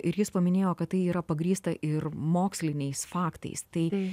ir jis paminėjo kad tai yra pagrįsta ir moksliniais faktais tai